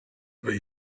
they